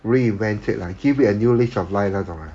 reinvent it ah give it a new lease of life 那种 ah